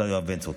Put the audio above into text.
השר יואב בן צור,